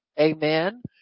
amen